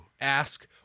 ask